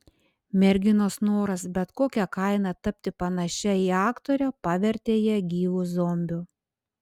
merginos noras bet kokia kaina tapti panašia į aktorę pavertė ją gyvu zombiu